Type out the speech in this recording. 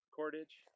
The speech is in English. cordage